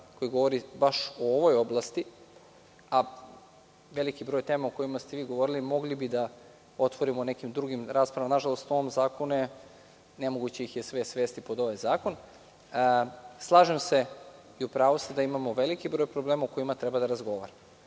koji govori baš o ovoj oblasti, a veliki je broj tema o kojima ste govorili, mogli bi da otvorimo u nekim drugim raspravama. Nažalost, nemoguće ih je sve svesti u ovom zakonu. Slažem se, u pravu ste, imamo veliki broj problema o kojima treba da razgovaramo.